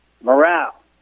morale